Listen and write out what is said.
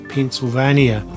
Pennsylvania